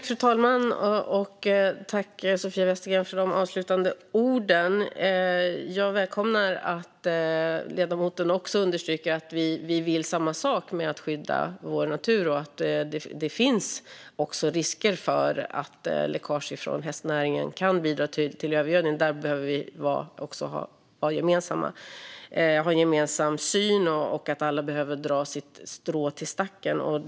Fru talman! Tack, Sofia Westergren, för de avslutande orden! Jag välkomnar att ledamoten understryker att vi vill samma sak när det gäller att skydda vår natur och att det också finns risker för att läckage från hästnäringen kan bidra till övergödningen. Där behöver vi ha en gemensam syn, och alla behöver dra sitt strå till stacken.